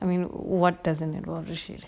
I mean what doesn't involve the shit